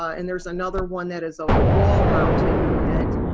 ah and there's another one that is a wall-mounted unit.